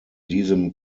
diesem